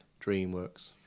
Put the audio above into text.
DreamWorks